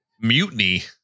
Mutiny